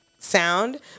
sound